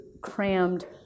crammed